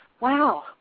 Wow